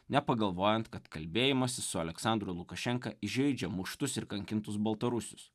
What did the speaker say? nepagalvojant kad kalbėjimasis su aleksandru lukašenka įžeidžia muštus ir kankintus baltarusius